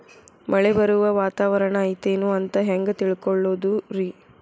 ಮಳೆ ಬರುವ ವಾತಾವರಣ ಐತೇನು ಅಂತ ಹೆಂಗ್ ತಿಳುಕೊಳ್ಳೋದು ರಿ?